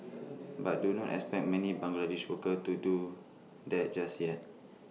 but do not expect many Bangladeshi workers to do that just yet